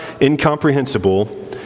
incomprehensible